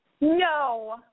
No